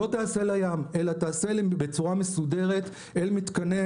לא תיעשה לים או תיעשה בצורה מסודרת אל מתקני